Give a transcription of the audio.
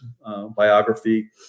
biography